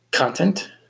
Content